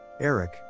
Eric